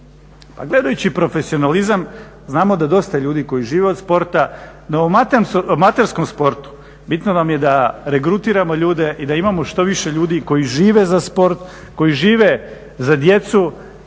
Pa gledajući profesionalizam znamo da dosta ljudi koji žive od sporta u amaterskom sportu bitno nam je da regrutiramo ljude i da imamo što više ljudi koji žive za sport, koji žive za djecu